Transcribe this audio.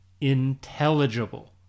intelligible